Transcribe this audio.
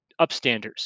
upstanders